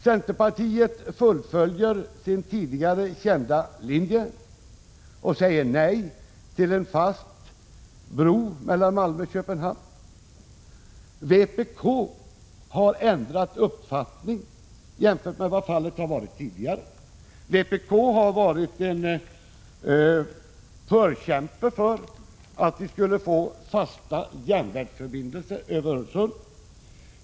Centerpartiet fullföljer sin tidigare kända linje och säger nej till en bro mellan Malmö och Köpenhamn. Vpk har ändrat uppfattning jämfört med tidigare. Partiet har varit en förkämpe för en fast järnvägsförbindelse över Öresund.